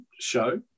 show